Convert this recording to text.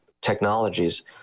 technologies